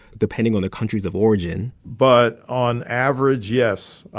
depending on the countries of origin but on average, yes,